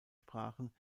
sprachen